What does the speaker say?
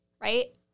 Right